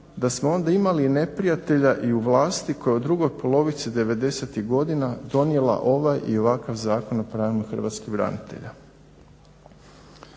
da smo onda imali neprijatelja i u vlasti koja u drugoj polovici devedesetih godina donijela ovaj i ovakav Zakon o pravima hrvatskih branitelja.